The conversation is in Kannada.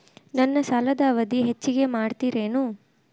ನನ್ನ ಸಾಲದ ಅವಧಿ ಹೆಚ್ಚಿಗೆ ಮಾಡ್ತಿರೇನು?